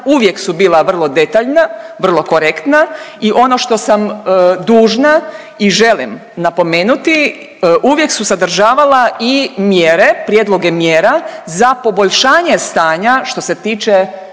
uvijek su bila vrlo detaljna, vrlo korektna i ono što sam dužna i želim napomenuti uvijek su sadržavala i mjere, prijedloge mjera za poboljšanje stanja što se tiče